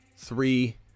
Three